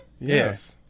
Yes